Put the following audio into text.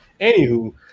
anywho